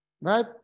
Right